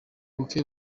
bukwe